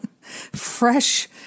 Fresh